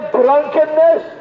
drunkenness